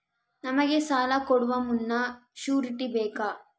ನಮಗೆ ಸಾಲ ಕೊಡುವ ಮುನ್ನ ಶ್ಯೂರುಟಿ ಬೇಕಾ?